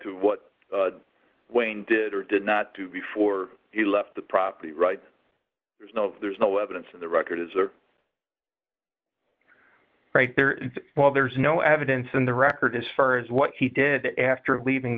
to what wayne did or did not do before he left the property right there's no there's no evidence of the records are right there well there's no evidence in the record as far as what he did after leaving